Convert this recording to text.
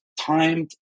timed